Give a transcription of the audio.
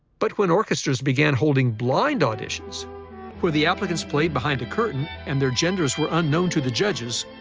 but when orchestras began holding blind auditions where the applicants played behind a curtain and their genders were unknown to the judges,